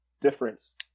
difference